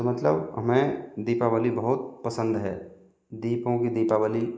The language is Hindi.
तो मतलब हमें दीपावली बहुत पसंद है दीपों की दीपावली